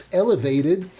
elevated